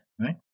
right